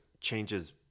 changes